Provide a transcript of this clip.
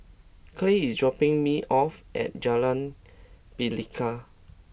Kyleigh is dropping me off at Jalan Pelikat